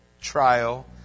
trial